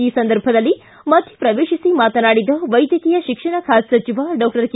ಈ ಸಂದರ್ಭದಲ್ಲಿ ಮಧ್ಯ ಪ್ರವೇಶಿಸಿ ಮಾತನಾಡಿದ ವೈದ್ಯಕೀಯ ಶಿಕ್ಷಣ ಖಾತೆ ಸಚಿವ ಡಾಕ್ಟರ್ ಕೆ